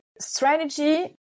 strategy